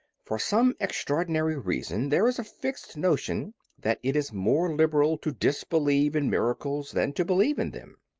for some extraordinary reason, there is a fixed notion that it is more liberal to disbelieve in miracles than to believe in them.